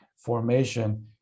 Formation